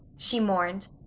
she mourned.